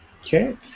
Okay